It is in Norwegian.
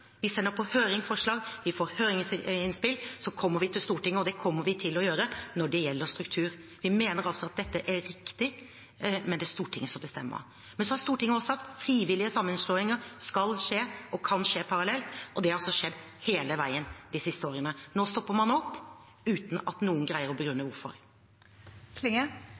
Vi sender forslag på høring, vi får høringsinnspill, og så kommer vi til Stortinget, og det kommer vi til å gjøre når det gjelder struktur. Vi mener altså at dette er riktig, men det er Stortinget som bestemmer. Men så har Stortinget også sagt at frivillige sammenslåinger skal skje og kan skje parallelt. Det har altså skjedd hele veien de siste årene. Nå stopper man opp, uten at noen greier å begrunne